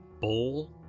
bowl